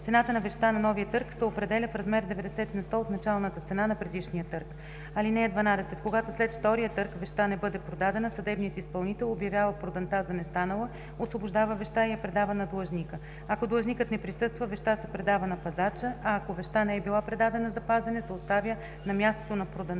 Цената на вещта на новия търг се определя в размер 90 на сто от началната цена на предишния търг. (12) Когато след втория търг вещта не бъде продадена, съдебният изпълнител обявява проданта за не станала, освобождава вещта и я предава на длъжника. Ако длъжникът не присъства, вещта се предава на пазача, а ако вещта не е била предадена за пазене, се оставя на мястото на проданта